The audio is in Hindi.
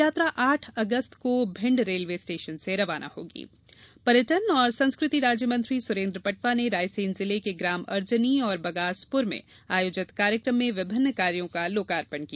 यात्रा आठ अगस्त को भिण्ड रेलवे स्टेशन से रवाना होगी पर्यटन और संस्कृति राज्यमंत्री सुरेन्द्र पटवा ने रायसेन जिले के ग्राम अर्जनी और बगासपुर में आयोजित कार्यक्रम में विभिन्न कार्यो का लोकार्पण किया